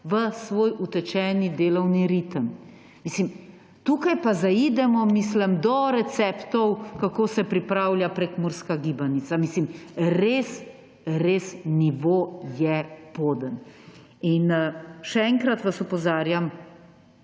v svoj utečeni delovni ritem. Mislim, tukaj pa zaidemo do receptov, kako se pripravlja prekmurska gibanica. Mislim, res, res nivo je poden! Še enkrat vas opozarjam,